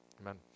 Amen